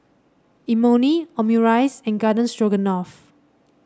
Imoni Omurice and Garden Stroganoff